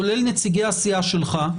כולל נציגי הסיעה שלך,